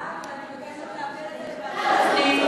בעד, ואני מבקשת להעביר את זה לוועדת הפנים.